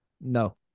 No